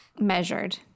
measured